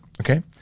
Okay